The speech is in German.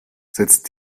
setzt